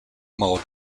mold